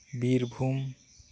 Birbhum